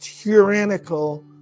tyrannical